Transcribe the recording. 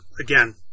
again